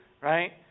right